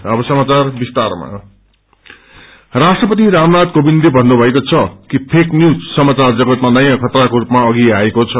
प्रेज news राष्ट्रपति रामनाथ कोविन्दले भन्नुभएको छ कि फेक न्यूज समाचार जगतमा नयाँ खतराको रूपमा अवि आएको छ